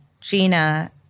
Gina